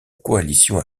coalition